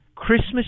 Christmas